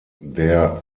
der